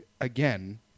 again